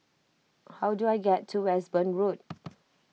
how do I get to Westbourne Road